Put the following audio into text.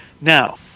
Now